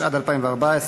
התשע"ד 2014,